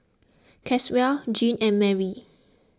Caswell Gene and Marry